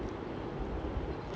அது உண்மதான்:athu unmathaan